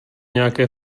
nějaké